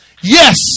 yes